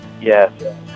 Yes